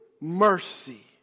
Mercy